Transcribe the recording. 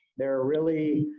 they're really,